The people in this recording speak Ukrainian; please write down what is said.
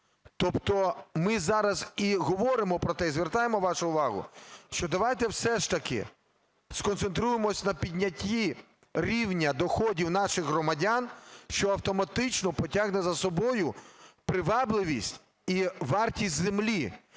Тобто ми зараз і говоримо про те, і звертаємо вашу увагу, що давайте все ж таки сконцентруємося на піднятті рівня доходів наших громадян, що автоматично потягне за собою привабливість і вартість землі.